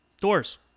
Doors